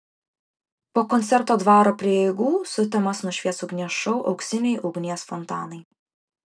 po koncerto dvaro prieigų sutemas nušvies ugnies šou auksiniai ugnies fontanai